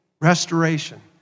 restoration